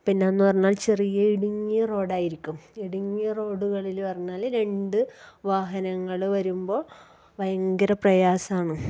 പിന്നെ എന്ന് പറഞ്ഞാൽ ചെറിയ ഇടുങ്ങിയ റോഡായിരിക്കും ഇടുങ്ങിയ റോഡുകളില് പറഞ്ഞാല് രണ്ട് വാഹനങ്ങള് വരുമ്പോൾ ഭയങ്കര പ്രയാസമാണ്